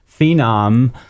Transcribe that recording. phenom